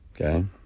Okay